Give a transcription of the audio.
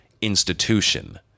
institution